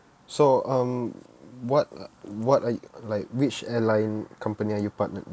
so um what what like which airline company are you partnered